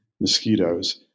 mosquitoes